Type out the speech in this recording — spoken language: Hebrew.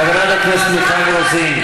כרגע, ראש הממשלה, חברת הכנסת מיכל רוזין.